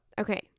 Okay